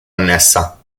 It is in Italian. annessa